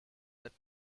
their